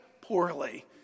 poorly